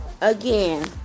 again